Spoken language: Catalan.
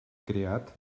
creat